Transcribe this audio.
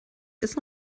ist